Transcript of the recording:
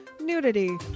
nudity